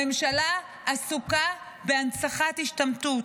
הממשלה עסוקה בהנצחת השתמטות.